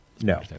No